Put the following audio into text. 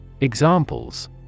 Examples